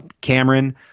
Cameron